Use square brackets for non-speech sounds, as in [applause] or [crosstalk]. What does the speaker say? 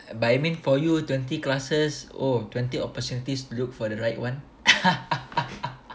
but I mean for you twenty classes or twenty opportunities to look for the right one [laughs]